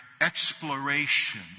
exploration